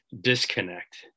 disconnect